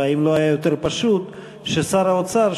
והאם לא היה יותר פשוט ששר האוצר,